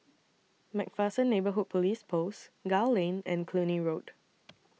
MacPherson Neighbourhood Police Post Gul Lane and Cluny Road